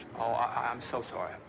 oh, i'm so sorry.